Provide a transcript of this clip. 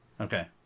Okay